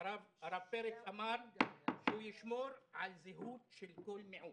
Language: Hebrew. הרב פרץ אמר שישמור על זהות כל מיעוט,